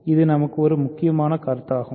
இது நமக்கு ஒரு முக்கியமான கருத்தாகும்